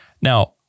Now